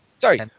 Sorry